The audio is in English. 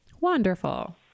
wonderful